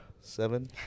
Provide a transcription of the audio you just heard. seven